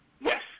Yes